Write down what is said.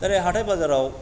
जेरै हाथाय बाजाराव